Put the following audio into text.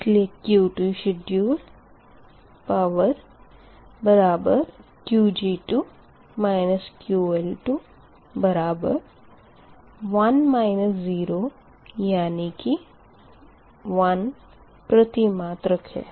इसलिए Q2 schedule power बराबर Qg2 QL2 बराबर 1 0 यानी कि 1प्रति मात्रक है